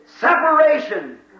Separation